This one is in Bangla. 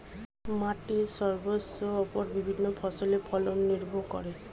মাটির স্বাস্থ্যের ওপর বিভিন্ন ফসলের ফলন নির্ভর করে